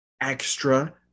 extra